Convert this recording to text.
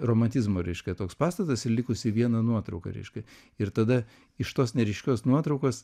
romantizmo reiškia toks pastatas ir likusi viena nuotrauka reiškia ir tada iš tos neryškios nuotraukos